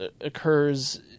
occurs